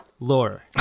lore